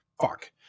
fuck